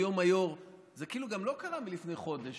היום היו"ר, זה גם לא קרה לפני חודש.